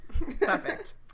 perfect